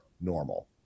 normal